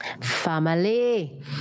FAMILY